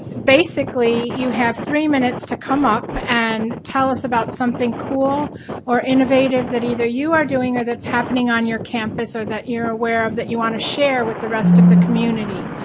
basically you have three minutes to come up and tell us about something cool or innovative that either you are doing or that's happening on your campus or that you're aware of that you wanna share with the rest of the community.